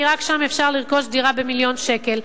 כי רק שם אפשר לקנות במיליון שקל.